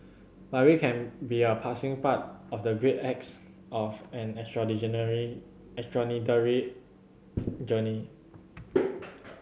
but we can be a passing part of the great acts of an extraordinary journey